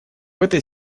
этой